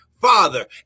Father